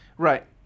Right